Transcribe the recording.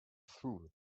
through